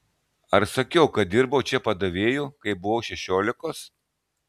ar sakiau kad dirbau čia padavėju kai buvau šešiolikos